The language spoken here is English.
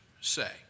say